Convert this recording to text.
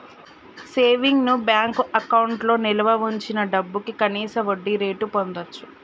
savings bank అకౌంట్లో నిల్వ వుంచిన డబ్భుకి కనీస వడ్డీరేటును పొందచ్చు